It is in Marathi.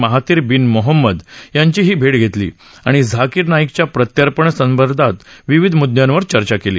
महाथिर बिन मोहम्मद यांची ही भेट घेतली आणि झाकीर नाईकच्या प्रत्यर्पणसह विविध मुद्यावर चर्चा केली